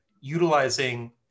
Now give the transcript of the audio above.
utilizing